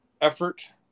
effort